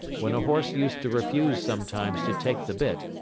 when a horse used to refuse sometimes to take the bit,